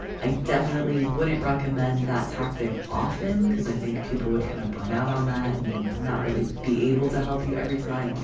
i definitely wouldn't recommend that tactic often cuz i think people would kind of burnout on that and not really be able to help you every time.